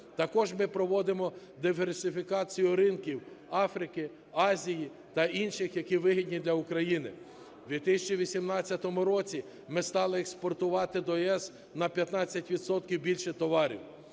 Також ми проводимо диверсифікацію ринків Африки, Азії та інших, які вигідні для України. В 2018 році ми стали експортувати до ЄС на 15 відсотків більше товарів.